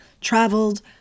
traveled